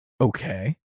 Okay